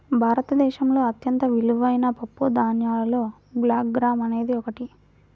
భారతదేశంలో అత్యంత విలువైన పప్పుధాన్యాలలో బ్లాక్ గ్రామ్ అనేది ఒకటి